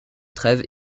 trèves